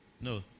No